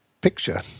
picture